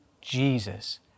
Jesus